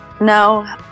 No